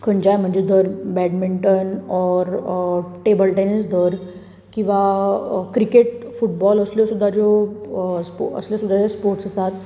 खंयच्याय म्हणजें धर badminton or or table tennis धर किंवां क्रिकेट फुटबॉल असल्यो सुद्दां ज्यो असले सुद्दां जे स्पाॅर्टस आसात